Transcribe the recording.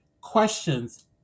questions